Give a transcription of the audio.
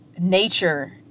nature